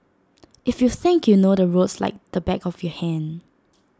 if you think you know the roads like the back of your hand